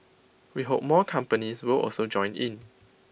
we hope more companies will also join in